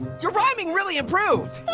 your rhyming really improved.